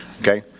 okay